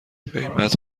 قیمت